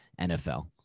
NFL